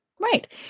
Right